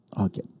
Okay